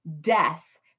death